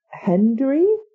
Henry